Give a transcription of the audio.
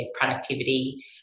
productivity